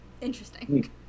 interesting